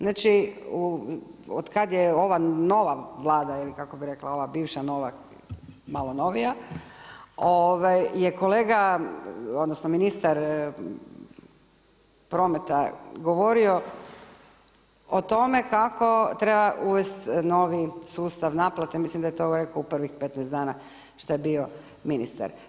Znači, od kad je ova nova Vlada ili kako bi rekla bivša-nova, malo novija, je kolega odnosno ministar prometa govorio o tome kako treba uvest novi sustav naplate, mislim da je to rekao u prvih 15 dana šta je bio ministar.